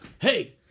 hey